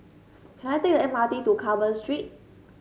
can I take the M R T to Carmen Street